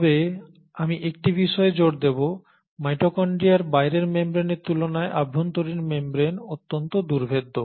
তবে আমি একটি বিষয়ে জোর দেব মাইটোকন্ড্রিয়ার বাইরের মেমব্রেনের তুলনায় অভ্যন্তরীণ মেমব্রেন অত্যন্ত দুর্ভেদ্য